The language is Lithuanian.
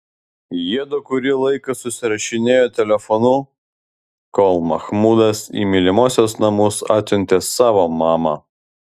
jiedu kurį laiką susirašinėjo telefonu kol mahmudas į mylimosios namus atsiuntė savo mamą